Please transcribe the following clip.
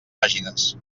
pàgines